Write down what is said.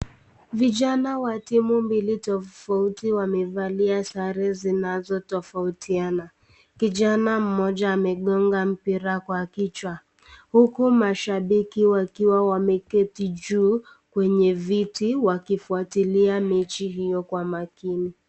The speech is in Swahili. Vijana wa timu mbili tofauti wamevalia sare zinazotofautina, kijana mmoja amegonga mpira kwa kichwa, huku mashabiki wakiwa wameketi juu kwenye viti wakifuatilia mechi hio Kwa makini.